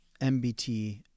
MBT